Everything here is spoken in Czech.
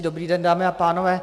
Dobrý den, dámy a pánové.